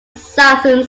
southern